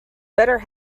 better